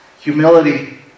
humility